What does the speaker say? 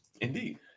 indeed